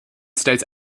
states